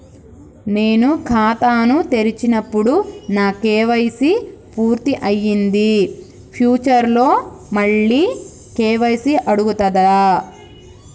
నేను ఖాతాను తెరిచినప్పుడు నా కే.వై.సీ పూర్తి అయ్యింది ఫ్యూచర్ లో మళ్ళీ కే.వై.సీ అడుగుతదా?